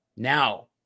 Now